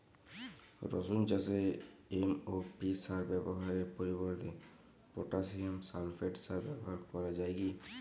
রসুন চাষে এম.ও.পি সার ব্যবহারের পরিবর্তে পটাসিয়াম সালফেট সার ব্যাবহার করা যায় কি?